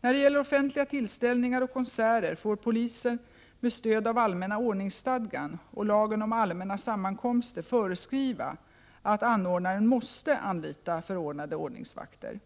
När det gäller offentliga tillställningar och konserter får polisen med stöd av allmänna ordningsstadgan och lagen om allmänna sammankomster föreskriva att anordnaren måste anlita förordnade ordningsvakter.